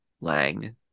Lang